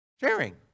sharing